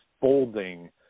folding